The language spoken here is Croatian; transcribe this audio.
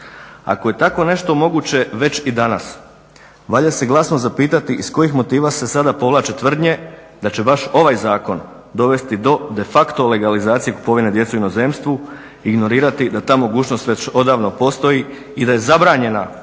Ako je tako nešto moguće već i danas valja se glasno zapitati iz kojih motiva se sada povlače tvrdnje da će baš ovaj zakon dovesti do defacto legalizacije kupovine djece u inozemstvu i ignorirati da ta mogućnost već odavno postoji i da je zabranjena